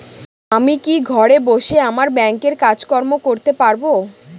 আমি কি ঘরে বসে আমার ব্যাংকের কাজকর্ম করতে পারব?